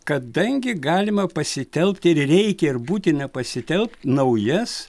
kadangi galima pasitelkt ir reikia ir būtina pasitelkt naujas